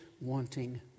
wanting